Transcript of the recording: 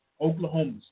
Oklahoma